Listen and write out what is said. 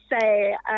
say